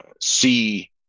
see